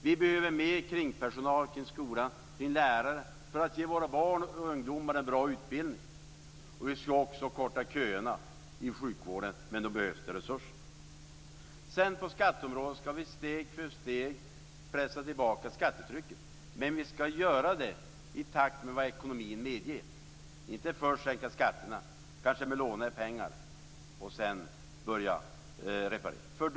Vi behöver mer kringpersonal i skolan, fler lärare, för att ge våra barn och ungdomar en god utbildning. Vi skall också korta köerna i sjukvården. Men då behövs det resurser. På skatteområdet skall vi sedan steg för steg pressa tillbaka skattetrycket. Men vi skall göra det i takt med vad ekonomin medger. Vi skall inte först sänka skatterna - kanske med lånade pengar - och sedan börja reparera.